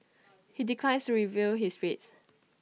he declines to reveal his rates